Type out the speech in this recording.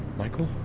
michael